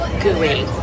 gooey